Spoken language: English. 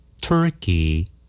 Turkey